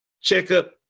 checkup